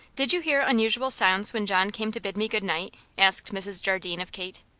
did you hear unusual sounds when john came to bid me good-night? asked mrs. jardine of kate.